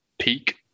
peak